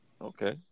Okay